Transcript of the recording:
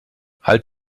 halt